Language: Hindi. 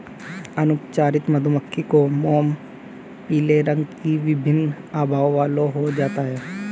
अनुपचारित मधुमक्खी का मोम पीले रंग की विभिन्न आभाओं वाला हो जाता है